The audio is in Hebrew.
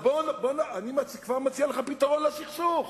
אני כבר מציע לך פתרון לסכסוך.